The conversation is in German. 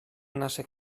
nasse